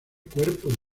cuerpo